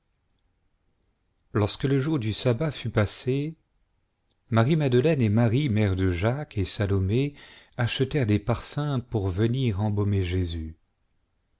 lorsque le j'our du sabbat fut passé marie madelaine et marie mère de jacques et salome achetèrent des parfums pour venir embaumer